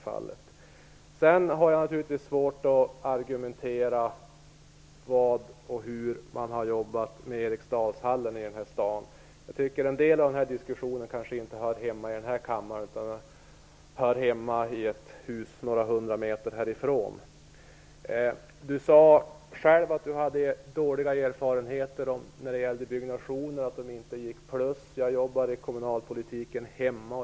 Jag har naturligtvis svårt att argumentera om hur man har jobbat med Eriksdalsbadet i den här staden. En del av diskussionen hör kanske inte hemma i denna kammare, utan i ett hus några hundra meter härifrån. Ewa Larsson sade själv att hon har dåliga erfarenheter av byggnationer, och att de inte går med plus. Jag jobbar kommunalpolitiskt hemma.